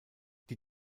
die